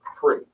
free